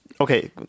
Okay